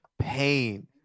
pain